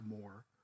more